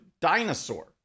dinosaur